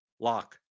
Lock